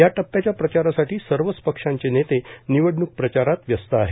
या टप्याच्या प्रचारार्थ सर्वच पक्षांचे नेते निवडणूक प्रचारात व्यस्त आहेत